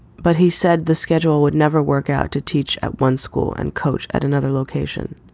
but he said the schedule would never work out to teach at one school and coach at another location.